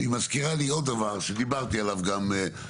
היא מזכירה לי עוד דבר שדיברתי עליו בישיבות,